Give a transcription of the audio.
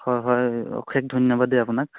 হয় হয় অশেষ ধন্যবাদ দেই আপোনাক